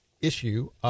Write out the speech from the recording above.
issue